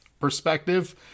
perspective